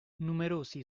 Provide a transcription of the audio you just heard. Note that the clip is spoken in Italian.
numerosi